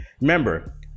remember